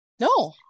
No